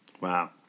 Wow